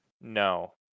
No